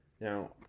Now